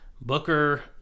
Booker